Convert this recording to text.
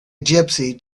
gypsy